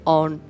on